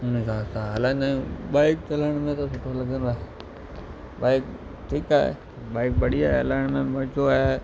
उन हिसाब सां हलाईंदा आहियूं बाइक हलाइण में त सुठो लॻंदो आहे बाइक ठीकु आहे बाइक बढ़िया आहे हलाइण में मज़ो आहे